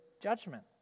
judgment